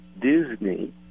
Disney